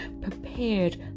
prepared